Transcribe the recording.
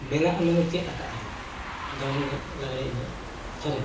ᱢᱮᱱᱟᱜᱼᱟ ᱢᱟᱱᱮ ᱪᱮᱫ ᱟᱠᱟᱫᱟᱞᱤᱧ ᱫᱚᱝ ᱮᱱᱮᱡ ᱞᱟᱜᱽᱲᱮ ᱮᱱᱮᱡ ᱥᱮᱨᱮᱧ